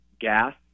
gas